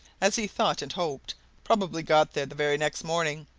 as he thought and hoped probably got there the very next morning,